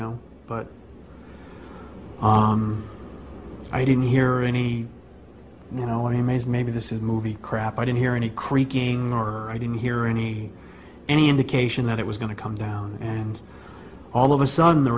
know but i didn't hear any you know what a maze maybe this is a movie crap i didn't hear any creaking or i didn't hear any any indication that it was going to come down and all of a sudden the